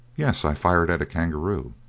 yes, i fired at a kangaroo.